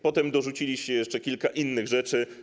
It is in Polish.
Potem dorzuciliście jeszcze kilka innych rzeczy.